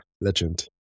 legend